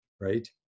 right